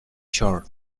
shore